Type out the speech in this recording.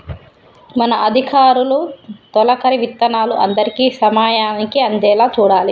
మన అధికారులు తొలకరి విత్తనాలు అందరికీ సమయానికి అందేలా చూడాలి